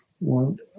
want